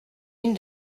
une